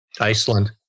Iceland